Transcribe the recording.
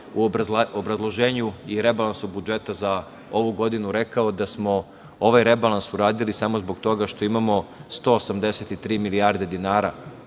u obrazloženju i rebalansu budžeta za ovu godinu rekao da smo ovaj rebalans uradili samo zbog toga što imamo 183 milijarde dinara